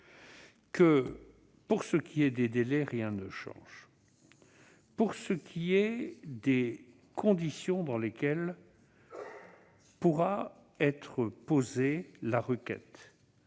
... Pour ce qui est des délais, rien ne change. Pour ce qui est des conditions dans lesquelles la requête pourra être